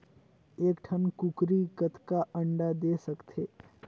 एक ठन कूकरी कतका अंडा दे सकथे?